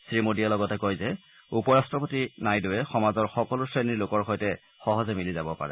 শ্ৰী মৌদীয়ে লগতে কয় যে উপ ৰট্টপতি নাইড়ৱে সমাজৰ সকলো শ্ৰেণীৰ লোকৰ সৈতে সহজে মিলি যাব পাৰে